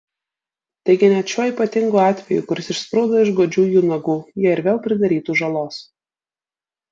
taigi net šiuo ypatingu atveju kuris išsprūdo iš godžių jų nagų jie ir vėl pridarytų žalos